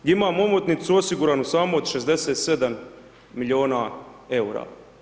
Gdje imamo omotnicu osiguranu samo od 67 milijuna eura.